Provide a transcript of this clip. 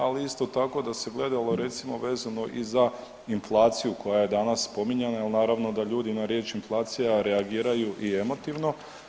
Ali isto tako da se gledalo recimo vezano i za inflaciju koja je danas spominjana, jer naravno da ljudi na riječ inflacija reagiraju i emotivno.